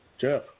Jeff